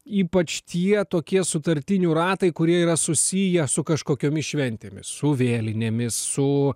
ypač tie tokie sutartinių ratai kurie yra susiję su kažkokiomis šventėmis su vėlinėmis su